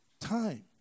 time